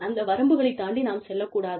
அந்த வரம்புகளைத் தாண்டி நாம் செல்லக் கூடாது